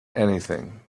anything